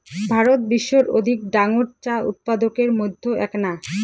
ভারত বিশ্বর অধিক ডাঙর চা উৎপাদকের মইধ্যে এ্যাকনা